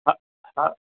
हा हा